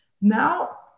Now